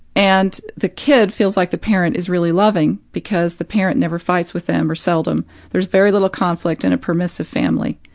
and the kid feels like the parent is really loving, because the parent never fights with them or seldom there's very little conflict in a permissive family,